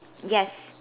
yes